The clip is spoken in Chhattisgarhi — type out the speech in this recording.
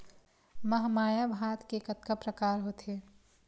महमाया भात के कतका प्रकार होथे?